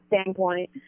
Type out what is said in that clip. standpoint